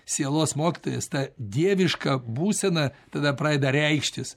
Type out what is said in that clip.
sielos mokytojas ta dieviška būsena tada pradeda reikštis